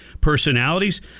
personalities